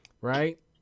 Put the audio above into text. Right